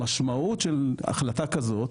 המשמעות של החלטה כזאת